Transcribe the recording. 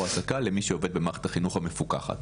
העסקה למי שעובד במערכת החינוך המפוקחת.